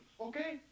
Okay